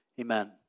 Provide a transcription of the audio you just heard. amen